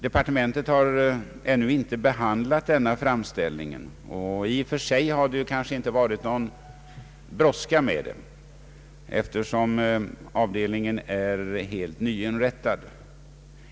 Departementet har ännu inte behandlat denna framställning, och i och för sig har det kanske inte varit någon brådska, eftersom avdelningen är helt nyinrättad.